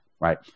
Right